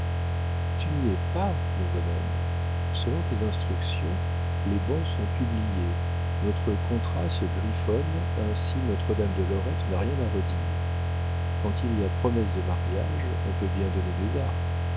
tu n'y es pas mon bonhomme selon tes instructions les bans sont publiés notre contrat se griffonne ainsi notre dame de lorette n'a rien à redire quand il y a promesse de mariage on peut bien donner des arrhes